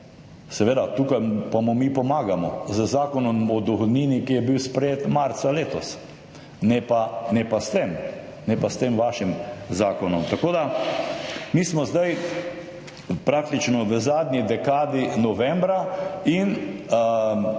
seveda, tukaj pa mu mi pomagamo z Zakonom o dohodnini, ki je bil sprejet marca letos, ne pa s tem vašim zakonom. Tako da mi smo zdaj praktično v zadnji dekadi, novembra in